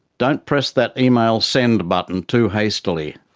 don't press that email send button too hastily.